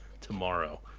tomorrow